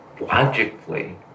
logically